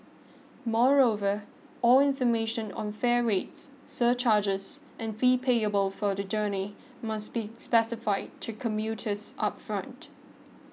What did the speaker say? moreover all information on fare rates surcharges and fees payable for the journey must be specified to commuters upfront